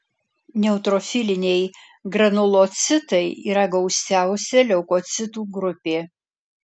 neutrofiliniai granulocitai yra gausiausia leukocitų grupė